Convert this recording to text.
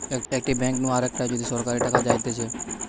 একটি ব্যাঙ্ক নু আরেকটায় যদি সরাসরি টাকা যাইতেছে